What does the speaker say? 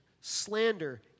slander